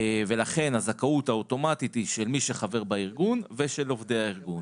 ולכן הזכאות האוטומטית היא של מי שחבר בארגון ושל עובדי הארגון.